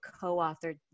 co-authored